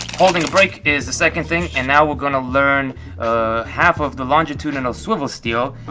holding a break is the second thing, and now we're gonna learn half of the longitudinal swivel steal.